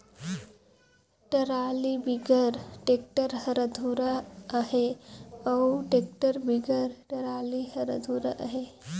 trolley बिगर tractor हर अधुरा अहे अउ टेक्टर बिगर टराली हर अधुरा अहे